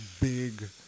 big